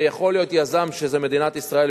זה יכול להיות יזם שהוא מדינת ישראל,